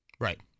Right